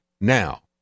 now